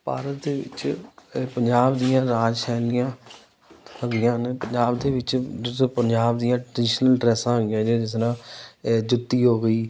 ਭਾਰਤ ਦੇ ਵਿੱਚ ਪੰਜਾਬ ਦੀਆਂ ਰਾਜ ਸ਼ੈਲੀਆਂ ਹੁੰਦੀਆਂ ਹਨ ਪੰਜਾਬ ਦੇ ਵਿੱਚ ਪੰਜਾਬ ਦੀਆਂ ਟਰਡੀਸ਼ਨਲ ਡਰੈਸਾਂ ਹੈਗੀਆਂ ਨੇ ਜਿਸ ਤਰ੍ਹਾਂ ਜੁੱਤੀ ਹੋ ਗਈ